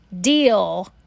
deal